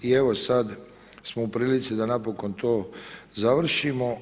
I evo sad smo u prilici da napokon to završimo.